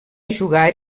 jugar